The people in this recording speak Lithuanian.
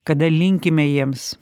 kada linkime jiems